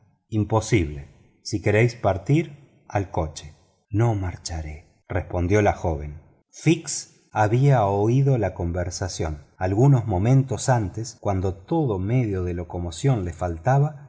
imposible si queréis partir al coche no marcharé respondió la joven fix había oído la conversación algunos momentos antes cuando todo medio de locomoción le faltaba